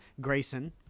Grayson